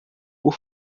por